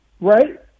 right